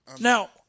Now